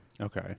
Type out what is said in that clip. okay